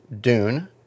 Dune